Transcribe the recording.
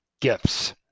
gifts